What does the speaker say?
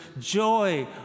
joy